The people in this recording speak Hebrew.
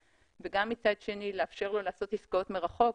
ומצד שני לאפשר לו לעשות עסקאות מרחוק,